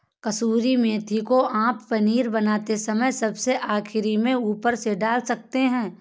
कसूरी मेथी को आप पनीर बनाते समय सबसे आखिरी में ऊपर से डाल सकते हैं